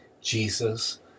Jesus